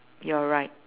you are right